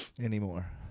anymore